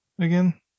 again